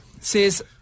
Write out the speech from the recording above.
says